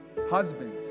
husbands